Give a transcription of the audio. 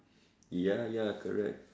ya ya correct